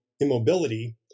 immobility